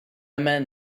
man